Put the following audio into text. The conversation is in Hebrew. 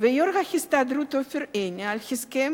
ויושב-ראש ההסתדרות עופר עיני על הסכם